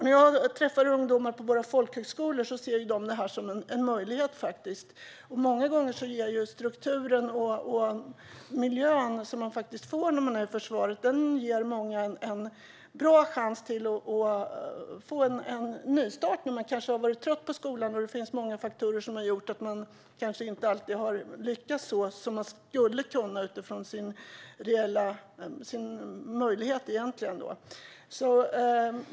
När jag träffar ungdomar på våra folkhögskolor ser de detta som en möjlighet. Många gånger ger strukturen och miljön i försvaret många en bra chans till en nystart. De har kanske varit trötta på skolan, och kanske har det funnits många faktorer som gjort att de inte har lyckats så som de egentligen skulle ha kunnat utifrån sin reella möjlighet.